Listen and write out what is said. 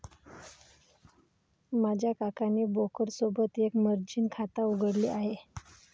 माझ्या काकाने ब्रोकर सोबत एक मर्जीन खाता उघडले आहे